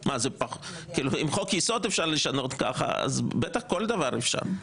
אם חוק יסוד אפשר לשנות ככה, בטח כל דבר אפשר.